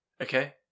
Okay